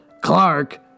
Clark